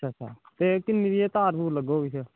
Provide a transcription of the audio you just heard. चंगा ते किन्नी तार लग्गग